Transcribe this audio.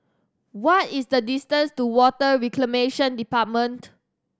what is the distance to Water Reclamation Department